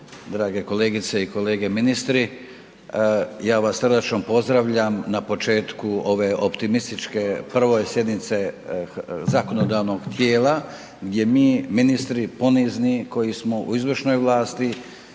drage kolegice i kolege ministri ja vas srdačno pozdravljam na početku ove optimističke prve sjednice zakonodavnog tijela, gdje mi ministri ponizni koji smo u izvršnoj vlasti